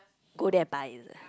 go there and buy is it